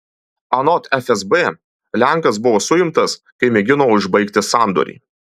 anot fsb lenkas buvo suimtas kai mėgino užbaigti sandorį